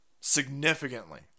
significantly